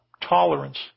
tolerance